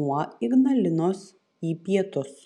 nuo ignalinos į pietus